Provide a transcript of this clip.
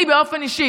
אני באופן אישי